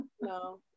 No